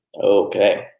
okay